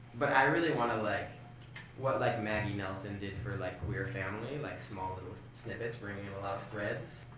but i really want to like what like maggie nelson did for like we're family, like, small little snippets, bringing in a lot of threads.